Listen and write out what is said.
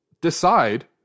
decide